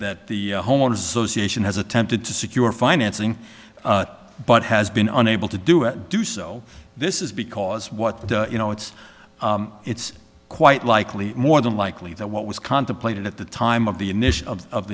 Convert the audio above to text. that the homeowners association has attempted to secure financing but has been unable to do it do so this is because what the you know it's it's quite likely more than likely that what was contemplated at the time of the